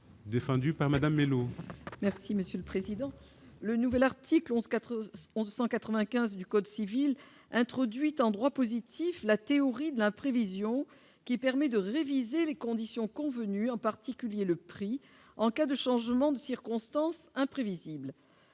défendu par Madame mélo. Merci monsieur le président, le nouvel article 11 4 11 195 du Code civil introduite en droit positif, la théorie de l'imprévision qui permet de réviser les conditions convenues en particulier le prix en cas de changement de circonstances imprévisibles,